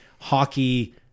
hockey